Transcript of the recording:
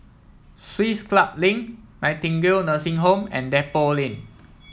Swiss Club Link Nightingale Nursing Home and Depot Lane